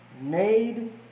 Made